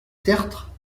tertre